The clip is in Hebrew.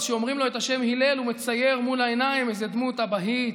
אז כשאומרים לו את השם הלל הוא מצייר מול העיניים איזו דמות אבהית,